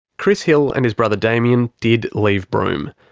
chris hill and his brother damien did leave broome.